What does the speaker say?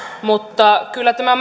mutta kyllä tämä